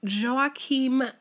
Joachim